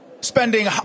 spending